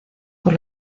por